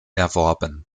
erworben